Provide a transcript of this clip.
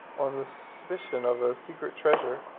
on the suspicion of a secret treasure,